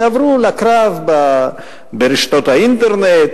ועברו לקרב ברשתות האינטרנט,